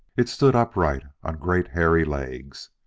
it stood upright on great hairy legs.